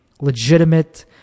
legitimate